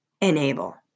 enable